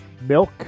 milk